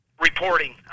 reporting